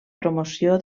promoció